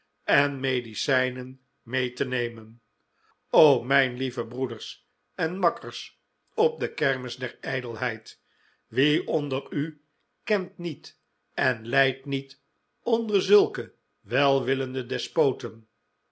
en medicijnen mee te nemen o mijn lieve broeders en makkers op de kermis der ijdelheid wie onder u kent niet en lijdt niet onder zulke welwillende despoten